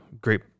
great